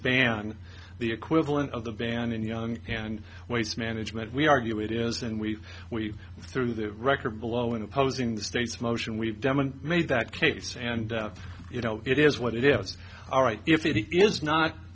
ban the equivalent of the van and young and waste management we argue it is and we we through the record below in opposing the state's motion we've made that case and you know it is what it is all right if it is not